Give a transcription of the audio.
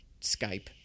Skype